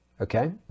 Okay